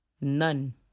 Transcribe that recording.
None